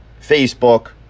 Facebook